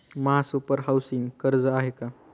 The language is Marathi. महासुपर हाउसिंग कर्ज आहे का?